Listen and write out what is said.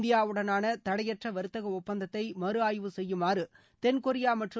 இந்தியாவுடனான தடையற்ற வர்த்தக ஒப்பந்தத்தை மறு ஆய்வு செய்யுமாறு தென்கொரியா மற்றும்